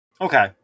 Okay